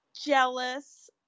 jealous